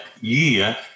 year